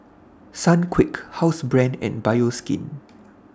Sunquick Housebrand and Bioskin